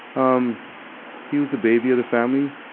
um he was the baby of the family,